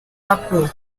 waktu